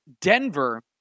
Denver